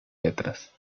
letras